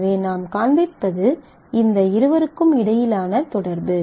எனவே நாம் காண்பிப்பது இந்த இருவருக்கும் இடையிலான தொடர்பு